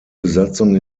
besatzung